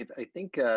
i think